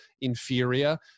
inferior